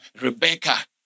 Rebecca